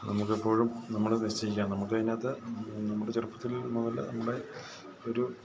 നമുക്കെപ്പോഴും നമ്മൾ നിശ്ചയിക്കാം നമുക്കതിനകത്ത് നമ്മുടെ ചെറുപ്പത്തിൽ മുതൽ നമ്മുടെ ഒരു